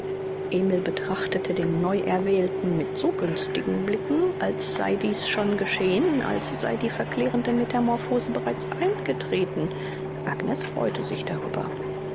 emil betrachtete den neuerwählten mit so günstigen blicken als sei dieß schon geschehen als sei die verklärende metamorphose bereits eingetreten agnes freute sich darüber